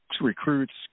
recruits